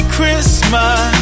Christmas